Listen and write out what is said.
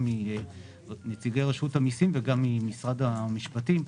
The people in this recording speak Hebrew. גם מנציגי רשות המסים וגם ממשרד המשפטים,